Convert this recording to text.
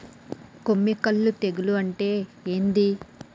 కొమ్మి కుల్లు తెగులు అంటే ఏంది?